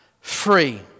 free